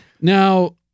Now